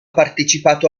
partecipato